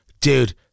dude